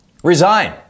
Resign